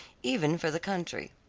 even for the country.